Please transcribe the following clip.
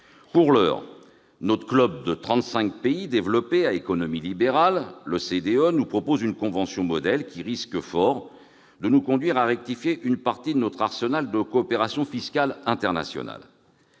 Pour l'heure, notre club de trente-cinq pays développés à économie libérale, l'OCDE, nous propose une convention modèle, qui risque fort de nous conduire à rectifier une partie de notre arsenal de coopération fiscale internationale.